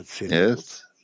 yes